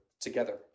together